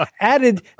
added